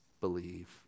believe